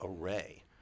array